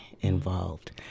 involved